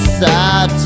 sad